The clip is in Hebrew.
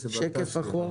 אחרים.